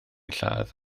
lladd